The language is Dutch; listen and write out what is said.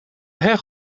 heg